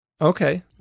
Okay